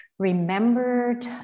remembered